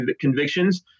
convictions